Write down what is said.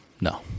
No